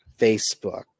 Facebook